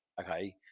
Okay